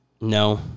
No